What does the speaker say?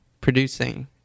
producing